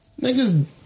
Niggas